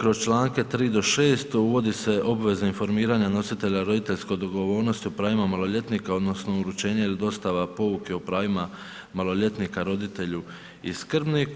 kroz 3. do 6. uvodi se obveza informiranja nositelja roditeljske odgovornosti o pravima maloljetnika odnosno uručenje ili dostava pouke o pravima maloljetnika roditelju i skrbniku.